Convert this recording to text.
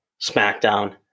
SmackDown